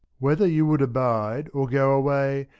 whether you would abide or go away,